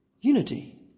unity